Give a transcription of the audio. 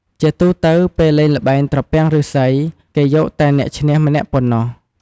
ជាទូទៅ ពេលលេងល្បែងត្រពាំងឬុស្សី គេយកតែអ្នកឈ្នះម្នាក់ប៉ុណ្ណោះ។